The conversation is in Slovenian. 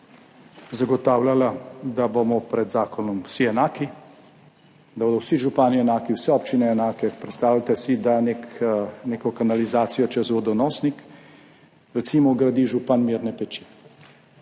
zagotavljala, da bomo pred zakonom vsi enaki, da bodo vsi župani enaki, vse občine enake. Predstavljajte si, da neko kanalizacijo čez vodonosnik gradi, recimo, župan Mirne Peči.